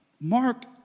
Mark